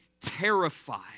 terrified